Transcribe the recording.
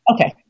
Okay